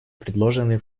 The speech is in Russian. предложенный